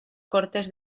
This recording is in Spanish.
cortes